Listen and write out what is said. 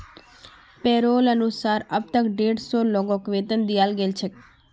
पैरोलेर अनुसार अब तक डेढ़ सौ लोगक वेतन दियाल गेल छेक